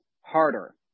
harder